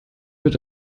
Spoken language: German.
wird